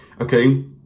Okay